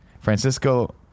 Francisco